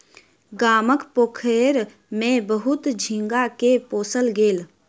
गामक पोखैर में बहुत झींगा के पोसल गेल